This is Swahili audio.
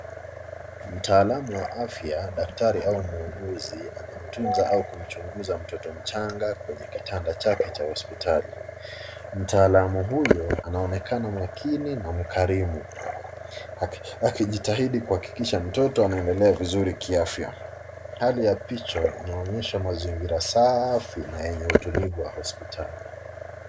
Mtaalamu wa afya dakitari au muuguzi anamtunza au kumchunguza mtoto mchanga kwenye kitanda chake hospitalin. Mtaalamu huyo anaonekana makini na mkarimu akijitahidi kuhakikisha mtoto anaendelea vizuri kiafya. Hali ya picha inaonyesha mazingira saafi na yenye utulivu wa hosipitali.